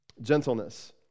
Gentleness